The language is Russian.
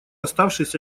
оставшись